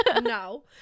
No